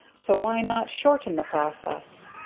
so why not shorten the process?